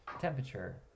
temperature